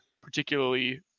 particularly